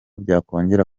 byakongera